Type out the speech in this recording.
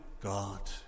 God